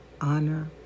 honor